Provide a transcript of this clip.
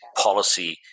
policy